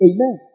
Amen